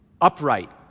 upright